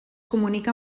comunica